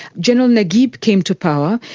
general naguib came to power,